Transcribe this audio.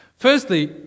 Firstly